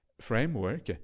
framework